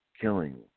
killing